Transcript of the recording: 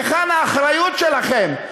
היכן האחריות שלכם?